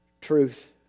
truth